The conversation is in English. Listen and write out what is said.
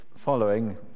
following